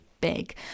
big